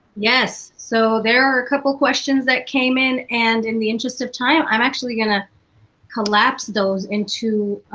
yes, so there are a couple questions that came in and in the interest of time, i'm actually gonna collapse those into,